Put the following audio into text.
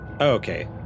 Okay